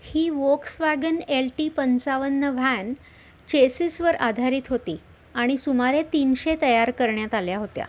ही Volkswagen L T पंचावन्न van चेसीसवर आधारित होती आणि सुमारे तीनशे तयार करण्यात आल्या होत्या